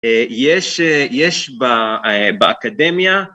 אה.. יש אה.. יש ב.. אה.. באקדמיה